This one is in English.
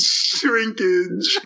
shrinkage